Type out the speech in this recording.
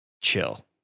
chill